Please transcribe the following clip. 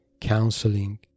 counseling